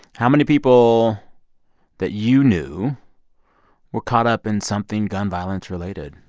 how many people that you knew were caught up in something gun violence-related?